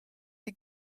the